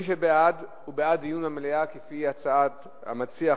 מי שבעד הוא בעד דיון במליאה כפי הצעת המציע,